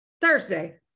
Thursday